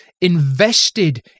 invested